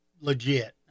legit